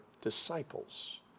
disciples